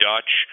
Dutch